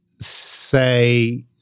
say